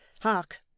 Hark